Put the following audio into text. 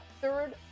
third